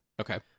Okay